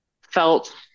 felt